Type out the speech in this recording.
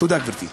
תודה, גברתי.